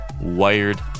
wired